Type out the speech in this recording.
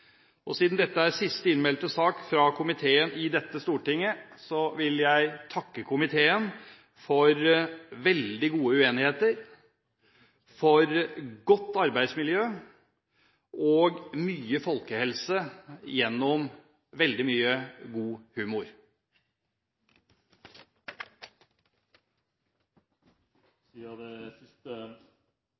fullmakter. Siden dette er siste innmeldte sak fra komiteen i dette stortinget, vil jeg takke komiteen for veldig gode uenigheter, for godt arbeidsmiljø og mye folkehelse gjennom veldig mye god humor. Siden det var siste